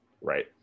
right